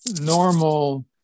normal